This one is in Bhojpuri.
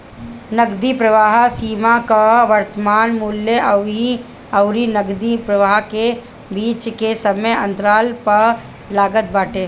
नगदी प्रवाह सीमा कअ वर्तमान मूल्य अबही अउरी नगदी प्रवाह के बीच के समय अंतराल पअ लागत बाटे